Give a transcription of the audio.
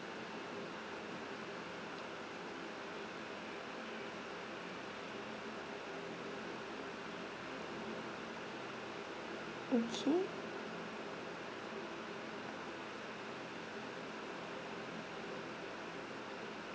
okay